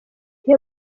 iyo